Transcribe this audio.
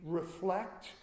reflect